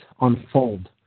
unfold